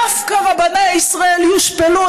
דווקא רבני ישראל יושפלו,